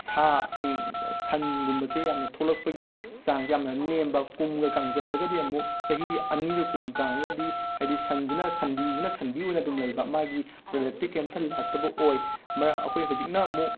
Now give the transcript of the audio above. ꯁꯥꯁꯤꯡ ꯁꯟꯒꯨꯝꯕꯁꯦ ꯌꯥꯝꯅ ꯊꯣꯛꯂꯛꯄꯒꯤ ꯆꯥꯡꯁꯦ ꯌꯥꯝꯅ ꯅꯦꯝꯕ ꯀꯨꯝꯒ ꯀꯥꯡꯖꯤꯜꯂꯒꯗꯤ ꯑꯃꯨꯛ ꯆꯍꯤ ꯑꯅꯤꯒ ꯀꯨꯝ ꯀꯥꯡꯉꯒꯗꯤ ꯍꯥꯏꯗꯤ ꯁꯟꯁꯤꯅ ꯁꯟꯕꯤꯁꯤꯅ ꯁꯟꯕꯤ ꯑꯣꯏꯅ ꯑꯗꯨꯝ ꯂꯩꯕ ꯃꯥꯒꯤ ꯄ꯭ꯔꯗꯛꯇꯤ ꯀꯩꯝꯇ ꯂꯥꯛꯇꯕ ꯑꯣꯏ ꯃꯔ ꯑꯩꯈꯣꯏ ꯍꯧꯖꯤꯛꯅ ꯑꯃꯨꯛ